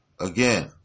again